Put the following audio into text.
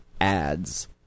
ads